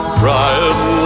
crying